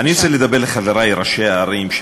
אני רוצה לדבר אל חברי ראשי הערים,